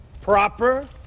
proper